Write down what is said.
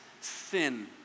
sin